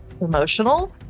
emotional